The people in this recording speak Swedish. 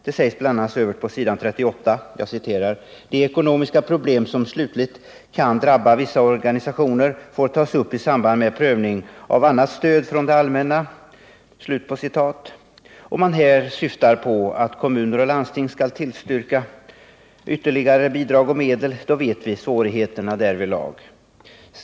På s. 38 säger utskottet sålunda: ”De ekonomiska problem som slutligt kan drabba vissa organisationer får tas upp i samband med prövningen av annat stöd från det allmänna.” Om man här syftar på att kommuner och landsting skulle ge ytterligare bidrag, känner vi alla till svårigheterna därvidlag.